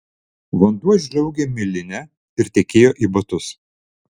vanduo žliaugė miline ir tekėjo į batus